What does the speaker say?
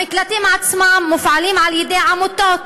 המקלטים עצמם מופעלים על-ידי עמותות,